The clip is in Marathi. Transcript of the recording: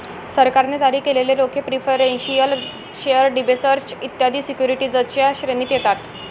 सरकारने जारी केलेले रोखे प्रिफरेंशियल शेअर डिबेंचर्स इत्यादी सिक्युरिटीजच्या श्रेणीत येतात